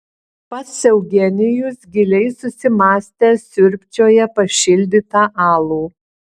pats eugenijus giliai susimąstęs siurbčioja pašildytą alų